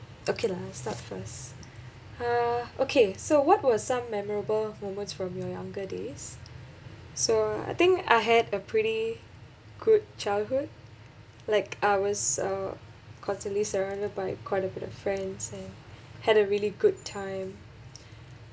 okay lah I start first uh okay so what was some memorable moments from your younger days so I think I had a pretty good childhood like I was uh constantly surrounded by quite a bit of friends and had a really good time